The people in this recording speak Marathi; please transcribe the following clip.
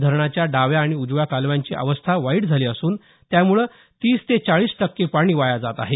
धरणाच्या डाव्या आणि उजव्या कालव्यांची अवस्था वाईट झाली असून त्यामुळे तीस ते चाळीस टक्के पाणी वाया जात आहे